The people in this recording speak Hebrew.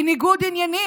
כי ניגוד עניינים,